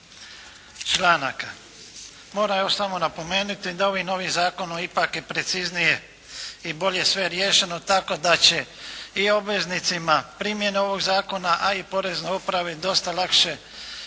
članaka. Moram još samo napomenuti da ovim novim zakonom ipak je preciznije i bolje sve riješeno, tako da će i obveznicima primjene ovog zakona, a i poreznoj upravi dosta lakše